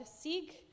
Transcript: seek